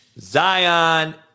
Zion